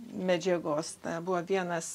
medžiagos buvo vienas